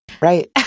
right